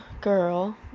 girl